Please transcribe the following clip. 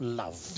love